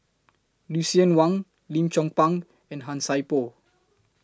Lucien Wang Lim Chong Pang and Han Sai Por